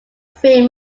three